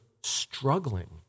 struggling